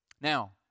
Now